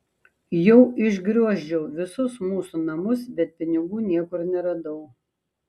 jau išgriozdžiau visus mūsų namus bet pinigų niekur neradau